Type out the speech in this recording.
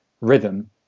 rhythm